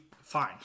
fine